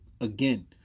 again